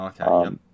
Okay